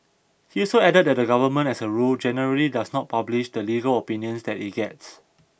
he also added that the government as a rule generally does not publish the legal opinions that it gets